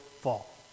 fall